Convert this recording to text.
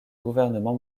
gouvernement